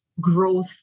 growth